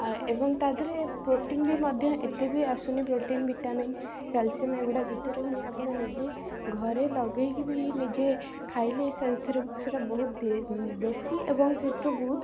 ଆଁ ଏବଂ ତାଦେହରେ ପ୍ରୋଟିନ ବି ମଧ୍ୟ ଏତେବି ଆସୁନି ପ୍ରୋଟିନ ଭିଟାମିନ କ୍ୟାଲସିୟମ ଏଗୁଡ଼ା ଯେତେ ରହୁନି ଆପଣ ନିଜେ ଘରେ ଲଗେଇକି ବି ନିଜେ ଖାଇଲେ ସେଥିରୁ ସେଇଟା ବହୁତ ଦିଏ ଉଁ ଦେଶୀ ଏବଂ ସେଥିରୁ ବହୁତ